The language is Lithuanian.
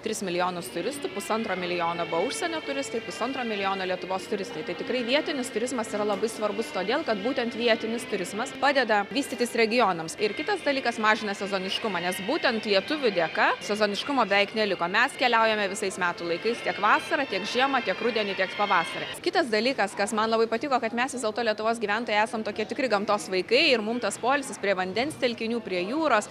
tris milijonus turistų pusantro milijono buvo užsienio turistai pusantro milijono lietuvos turistai tai tikrai vietinis turizmas yra labai svarbus todėl kad būtent vietinis turizmas padeda vystytis regionams ir kitas dalykas mažina sezoniškumą nes būtent lietuvių dėka sezoniškumo beveik neliko mes keliaujame visais metų laikais tiek vasarą tiek žiemą tiek rudenį tiek pavasarį kitas dalykas kas man labai patiko kad mes vis dėlto lietuvos gyventojai esam tokie tikri gamtos vaikai ir mum tas poilsis prie vandens telkinių prie jūros